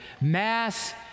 mass